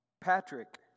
Patrick